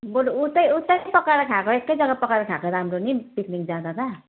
बरु उतै उतै पकाएर खाएको एकै जग्गा पकाएर खाएको राम्रो नि पिकनिक जाँदा त